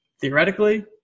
theoretically